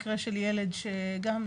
מקרה של ילד שגם,